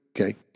Okay